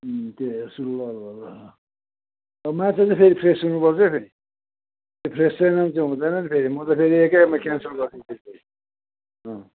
त्यो अब माछा चाहिँ फेरि फ्रेस हुनुपर्छ है फेरि त्यो फ्रेस छैन भने चाहिँ हुँदैन नि फेरि म त फेरि एकैखेपमा क्यान्सेल गरिदिन्छु नि फेरि